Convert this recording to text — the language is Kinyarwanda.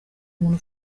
umuntu